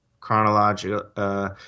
chronological